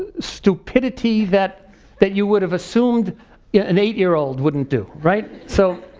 ah stupidity that that you would have assumed yeah an eight year old wouldn't do, right. so